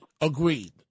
Agreed